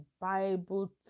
Bible